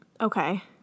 Okay